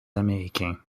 américains